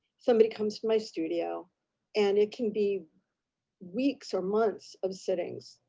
somebody comes to my studio and it can be weeks or months of sittings,